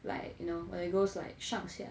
like you know when it goes like 上下